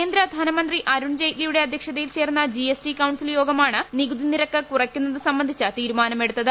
കേന്ദ്ര ധനമന്ത്രി അരുൺ ജെയ്റ്റ്ലിയുടെ അധ്യക്ഷതയിൽ ചേർന്ന ജി എസ് ടി കൌൺസിൽ യോഗമാണ് നികുതി നിരക്ക് കുറയ്ക്കുന്നത് സംബന്ധിച്ച തീരുമാനമെടുത്തത്